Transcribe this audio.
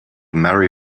marry